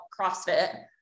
CrossFit